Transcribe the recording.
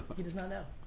he does not know.